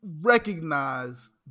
recognize